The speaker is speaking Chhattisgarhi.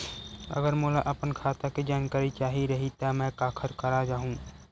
अगर मोला अपन खाता के जानकारी चाही रहि त मैं काखर करा जाहु?